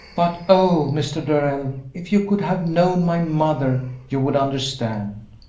but oh, mr. darrell, if you could have known my mother, you would understand!